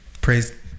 praise